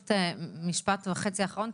משפט וחצי אחרון,